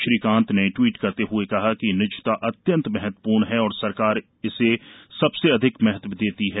श्री कांत ने ट्वीट करते हए कहा कि निजता अत्यंत महतवपूर्ण है और सरकार इसे सबसे अधिक महतव देती है